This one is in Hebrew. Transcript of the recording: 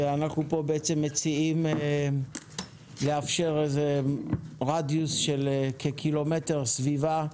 ואנחנו פה בעצם מציעים לאפשר איזשהו רדיוס של כקילומטר סביבה,